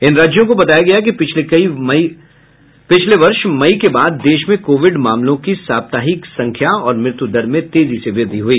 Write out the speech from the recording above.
इन राज्यों को बताया गया कि पिछले वर्ष मई के बाद देश में कोविड मामलों की साप्ताहिक संख्या और मृत्युदर में तेजी से वृद्धि हुई